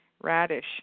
radish